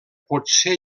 potser